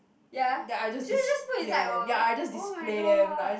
ya so you just put inside orh oh-my-god